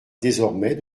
désormais